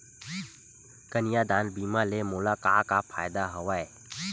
कन्यादान बीमा ले मोला का का फ़ायदा हवय?